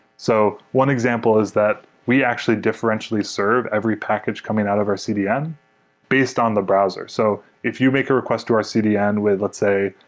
so one example is that we actually differentially serve every package coming out of our cdn based on the browser. so if you make a request to our cdn with, let's say,